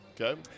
Okay